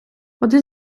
один